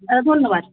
হ্যাঁ ধন্যবাদ